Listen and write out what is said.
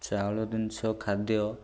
ଚାଉଳ ଜିନିଷ ଖାଦ୍ୟ